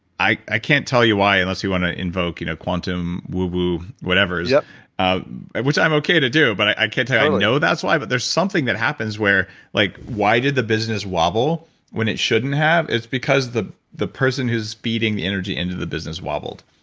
i i can't tell you why unless you want to invoke you know quantum woo-woo whatevers, yeah ah which i'm okay to do, but i can't tell you i know that's why, but there's something that happens where like why did the business wobble when it shouldn't have? it's because the the person who's feeding the energy into the business wobbled.